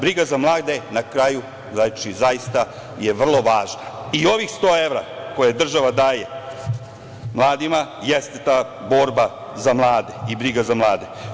Briga za mlade na kraju je vrlo važna i ovih 100 evra koje država daje mladima jeste ta borba za mlade i briga za mlade.